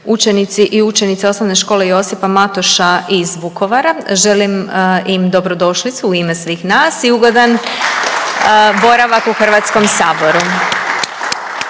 učenici i učenice osnovne škole Josipa Matoša iz Vukovara. Želim im dobrodošlicu u ime svih nas i ugodan boravak u Hrvatskom saboru.